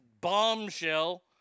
bombshell